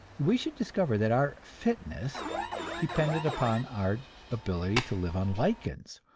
we should discover that our fitness depended upon our ability to live on lichens,